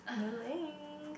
no link